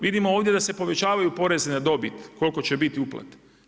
Vidimo ovdje da se povećavaju porez na dobit koliko će biti uplate.